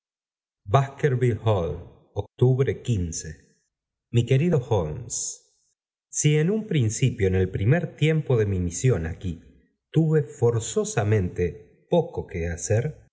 octubre mi querido holmes si en un p aci p io en el primer tiempo de mi misión aquí tuve forzosamente poco que hacer